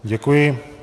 Děkuji.